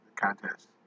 contest